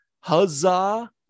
huzzah